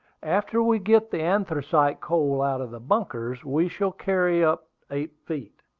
after we get the anthracite coal out of the bunkers we shall carry up eight feet,